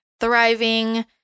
thriving